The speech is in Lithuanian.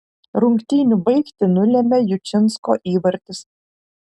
rungtynių baigtį nulėmė jučinsko įvartis